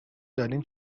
دارین